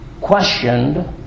questioned